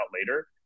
later